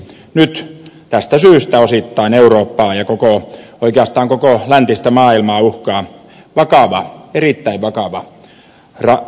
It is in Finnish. nyt osittain tästä syystä eurooppaa ja oikeastaan koko läntistä maailmaa uhkaa vakava erittäin vakava talouskriisi